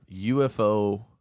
UFO